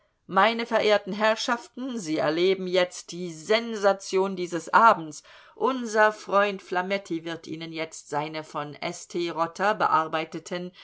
meine verehrten herrschaften sie erleben jetzt die sensation dieses abends unser freund flametti wird ihnen jetzt seine von st rotter bearbeiteten